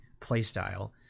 playstyle